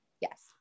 yes